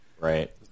right